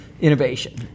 Innovation